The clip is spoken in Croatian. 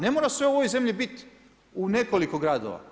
Ne mora sve u ovoj zemlji biti u nekoliko gradova.